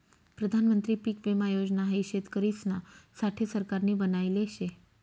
प्रधानमंत्री पीक विमा योजना हाई शेतकरिसना साठे सरकारनी बनायले शे